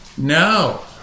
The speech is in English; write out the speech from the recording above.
No